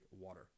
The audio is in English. water